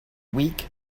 week